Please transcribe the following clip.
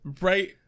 right